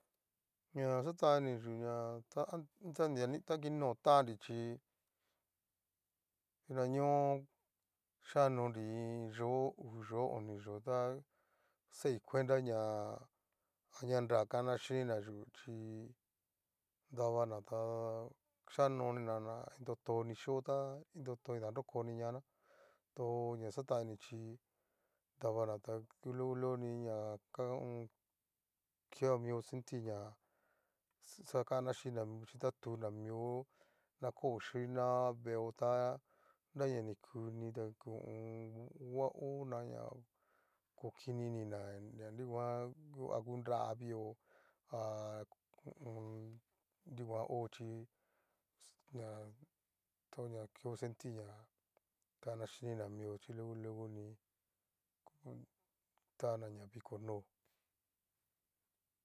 Ña xatan iniyu ña ta ante. ta lia nikinotannri chí, dinaño xhikanonri iin yóo uu yóo oni yóo ta xai cuenta ña añará kana xhinina yú chí davana tá'a xhianonina na iintotoni xio tá iin toto ni ndarokoni ñana tóo na xataninichí, dabana ta ngu luego luego ni ña kao keamio sentir ña xakana xhinina mio chí tatuna mio, na ko kinna vee'o ta nrananikuni ta ho o on. huaona ña kokini inina a nrunguan a ngu nravio ha nrunguan ho chíi ña tona keo sentir ña kana chinina mio chí luego luego ni taña na viko noo.